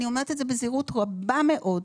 אני אומרת את זה בזהירות רבה מאוד,